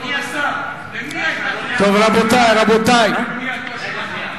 אני אסביר, בעניין של אַיְוַא תרגום: